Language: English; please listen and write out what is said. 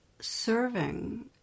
serving